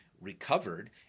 recovered